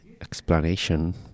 explanation